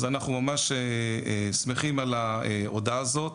אז אנחנו ממש שמחים על ההודעה הזאת,